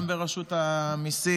גם ברשות המיסים,